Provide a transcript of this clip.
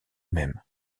même